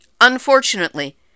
Unfortunately